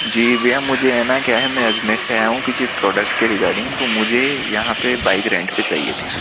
जी भैया मुझे है ना क्या है मैं अजमेर से आया हूँ किसी प्रॉडक्ट के रिगार्डिंग तो मुझे यहाँ पे बाइक रेंट पे चाहिए थी